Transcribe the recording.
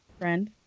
friend